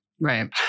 Right